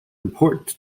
important